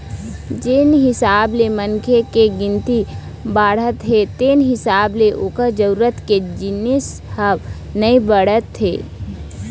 जेन हिसाब ले मनखे के गिनती बाढ़त हे तेन हिसाब ले ओखर जरूरत के जिनिस ह नइ बाढ़त हे